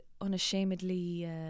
unashamedly